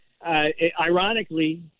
Ironically